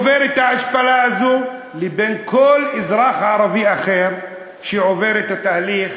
עובר את ההשפלה הזאת לבין כל אזרח ערבי אחר שעובר את התהליך